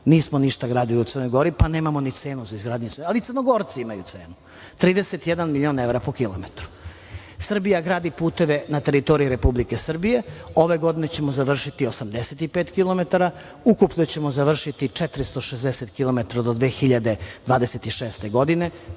nismo ništa gradili u Crnoj Gori, pa nemamo ni cenu za izgradnju, ali Crnogorci imaju cenu, 31 milion evra po kilometru. Srbija gradi puteve na teritoriji Republike Srbije. Ove godine ćemo završiti 85 kilometara, ukupno ćemo završiti 460 kilometara do 2026. godine,